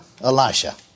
Elisha